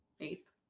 Eighth